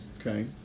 Okay